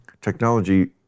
technology